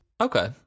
Okay